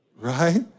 right